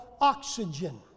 oxygen